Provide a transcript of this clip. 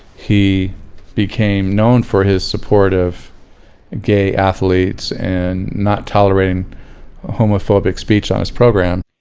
he became known for his support of gay athletes and not tolerating homophobic speech on his program.